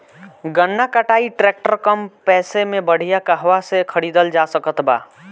गन्ना कटाई ट्रैक्टर कम पैसे में बढ़िया कहवा से खरिदल जा सकत बा?